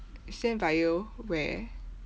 send via where